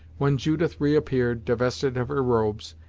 when judith re-appeared, divested of her robes,